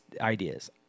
ideas